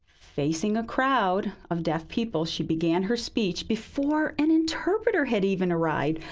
facing a crowd of deaf people, she began her speech before an interpreter had even arrived.